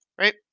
right